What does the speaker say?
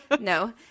No